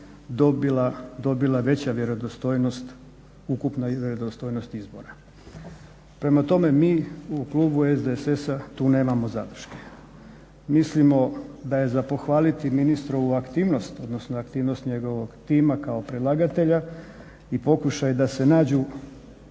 dobila veća vjerodostojnost, ukupna vjerodostojnost izbora. Prema tome, mi u klubu SDSS-a tu nemamo zadrške. Mislimo da je za pohvaliti ministrovu aktivnost, odnosno aktivnost njegovog tima kao predlagatelja i pokušaj da se nađu